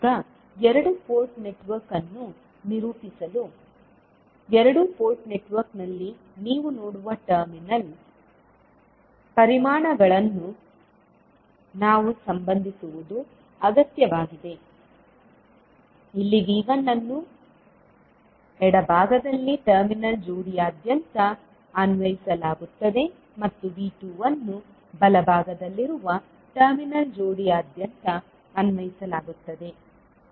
ಈಗ ಎರಡು port network ಅನ್ನು ನಿರೂಪಿಸಲು ಎರಡು ಪೋರ್ಟ್ ನೆಟ್ವರ್ಕ್ನಲ್ಲಿ ನೀವು ನೋಡುವ ಟರ್ಮಿನಲ್ ಪರಿಮಾಣಗಳನ್ನು ನಾವು ಸಂಬಂಧಿಸುವುದು ಅಗತ್ಯವಾಗಿದೆ ಇಲ್ಲಿ V1 ಅನ್ನು ಎಡಭಾಗದಲ್ಲಿ ಟರ್ಮಿನಲ್ ಜೋಡಿಯಾದ್ಯಂತ ಅನ್ವಯಿಸಲಾಗುತ್ತದೆ ಮತ್ತು V2 ಅನ್ನು ಬಲಭಾಗದಲ್ಲಿರುವ ಟರ್ಮಿನಲ್ ಜೋಡಿಯಾದ್ಯಂತ ಅನ್ವಯಿಸಲಾಗುತ್ತದೆ